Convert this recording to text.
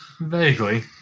vaguely